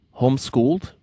Homeschooled